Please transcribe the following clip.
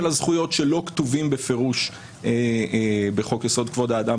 הזכויות שלא כתובים בפירוש בחוק יסוד: כבוד האדם